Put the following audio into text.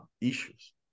issues